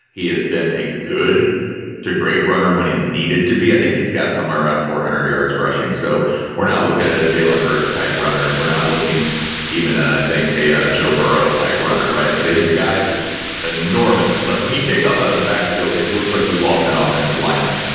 he has been a good to great runner when he's needed to be. i think he's got somewhere around four hundred yards rushing. so we're not looking at a jalen hurts type runner. we're not looking even at, i think, a a joe burro type run it. right. but he's a guy who's enormous like when he takes off out of the backfield, it looks like you lost an ah offensive lineman,